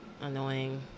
Annoying